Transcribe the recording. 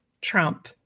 Trump